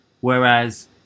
Whereas